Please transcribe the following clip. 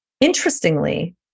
Interestingly